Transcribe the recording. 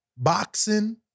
Boxing